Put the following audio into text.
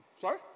Sorry